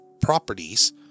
properties